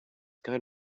kind